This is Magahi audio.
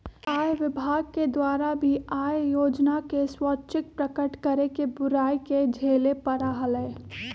आय विभाग के द्वारा भी आय योजना के स्वैच्छिक प्रकट करे के बुराई के झेले पड़ा हलय